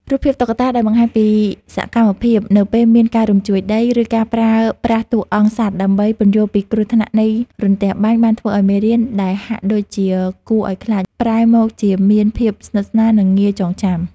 រូបភាពតុក្កតាដែលបង្ហាញពីសកម្មភាព នៅពេលមានការរញ្ជួយដី ឬការប្រើប្រាស់តួអង្គសត្វដើម្បីពន្យល់ពីគ្រោះថ្នាក់នៃរន្ទះបាញ់ បានធ្វើឱ្យមេរៀនដែលហាក់ដូចជាគួរឱ្យខ្លាច ប្រែមកជាមានភាពស្និទ្ធស្នាល និងងាយចងចាំ។